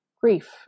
grief